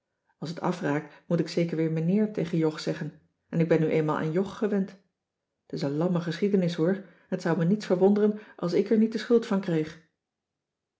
als het afraakt moet ik zeker weer meneer tegen jog zeggen en ik ben nu eenmaal aan jog gewend t is een lamme geschiedenis hoor en t zou me niets verwonderen als ik er niet de schuld van kreeg